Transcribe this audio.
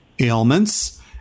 ailments